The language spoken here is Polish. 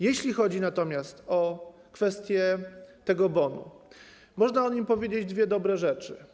Jeśli chodzi natomiast o kwestię tego bonu, można o nim powiedzieć dwie dobre rzeczy.